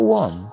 one